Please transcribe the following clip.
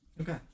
okay